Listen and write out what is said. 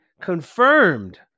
confirmed